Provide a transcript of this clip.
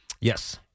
Yes